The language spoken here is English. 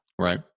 Right